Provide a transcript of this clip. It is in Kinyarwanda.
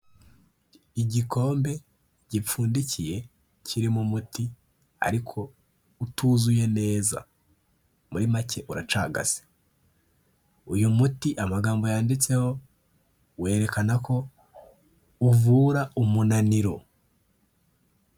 Igikombe gipfundikiye kirimo umuti ariko utuzuye neza muri make uracagase, uyu muti amagambo yanditseho werekana ko uvura umunaniro.